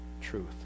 truth